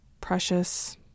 precious